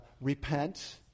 repent